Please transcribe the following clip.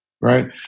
right